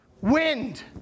wind